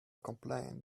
complain